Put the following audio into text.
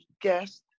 guest